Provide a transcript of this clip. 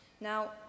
Now